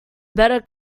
better